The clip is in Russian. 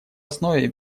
основе